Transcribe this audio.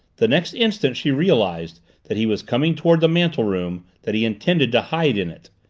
the next instant she realized that he was coming toward the mantel-room, that he intended to hide in it.